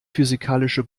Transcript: physikalische